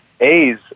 A's